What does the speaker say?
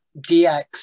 DX